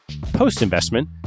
Post-investment